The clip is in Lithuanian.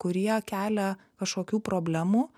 kurie kelia kažkokių problemų